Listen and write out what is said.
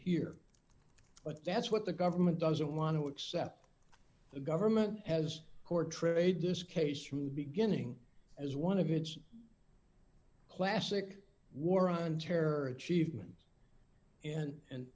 hear but that's what the government doesn't want to accept the government has portrayed this case from the beginning as one of its classic war on terror achievements and and